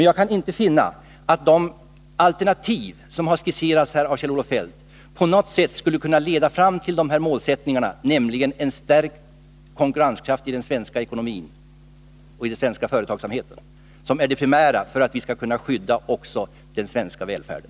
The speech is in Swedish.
Jag kan inte finna att de alternativ som har skisserats av Kjell-Olof Feldt på något sätt skulle kunna leda till målsättningen en stärkt konkurrenskraft i den svenska ekonomin och i den svenska företagsverksamheten. Och det är det primära för att vi skall kunna skydda den svenska välfärden.